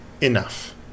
enough